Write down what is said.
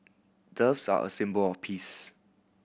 doves are a symbol of peace